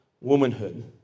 womanhood